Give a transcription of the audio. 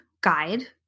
guide